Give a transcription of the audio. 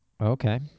okay